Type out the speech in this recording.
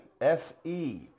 S-E